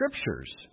Scriptures